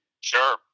Sure